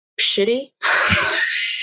shitty